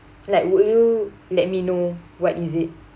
like would you let me know what is it